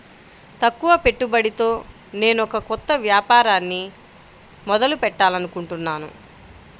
తక్కువ పెట్టుబడితో నేనొక కొత్త వ్యాపారాన్ని మొదలు పెట్టాలనుకుంటున్నాను